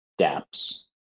daps